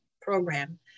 program